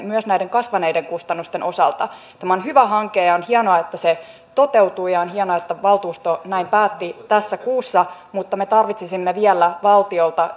myös näiden kasvaneiden kustannusten osalta tämä on hyvä hanke ja ja on hienoa että se toteutuu ja on hienoa että valtuusto näin päätti tässä kuussa mutta me tarvitsisimme vielä valtiolta